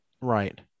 Right